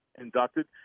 inducted